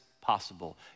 possible